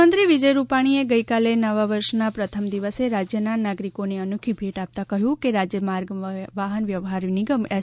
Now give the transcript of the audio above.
મુખ્યમંત્રી વિજય રૂપાણીએ ગઇકાલે નવા વર્ષના પ્રથમ દિવસે રાજ્યના નાગરિકોને અનોખી ભેટ આપતા કહ્યું છે કે રાજ્ય માર્ગ વાહન વ્યવહાર નિગમ એસ